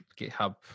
GitHub